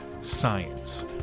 science